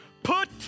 Put